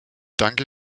danke